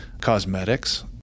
cosmetics